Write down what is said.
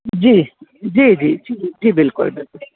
जी जी जी जी जी बिल्कुलु बिल्कुलु व